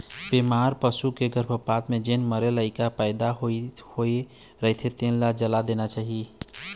बेमार पसू के गरभपात म जेन मरे लइका पइदा होए रहिथे तेन ल जला देना चाही